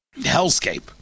hellscape